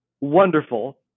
wonderful